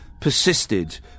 persisted